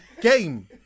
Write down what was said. game